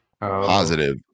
positive